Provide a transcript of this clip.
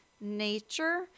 nature